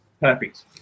Perfect